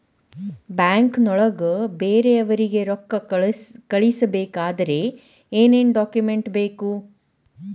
ಬ್ಯಾಂಕ್ನೊಳಗ ಬೇರೆಯವರಿಗೆ ರೊಕ್ಕ ಕಳಿಸಬೇಕಾದರೆ ಏನೇನ್ ಡಾಕುಮೆಂಟ್ಸ್ ಬೇಕು?